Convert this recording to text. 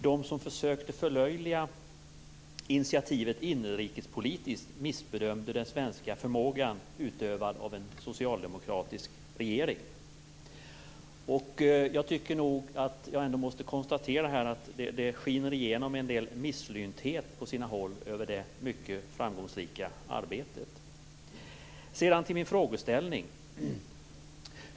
De som försökte förlöjliga initiativet inrikespolitiskt missbedömde den svenska förmågan, utövad av en socialdemokratisk regering. Jag måste nog ändå konstatera att det skiner igenom en del misslynthet på sina håll över det mycket framgångsrika arbetet. Jag går sedan över till min frågeställning.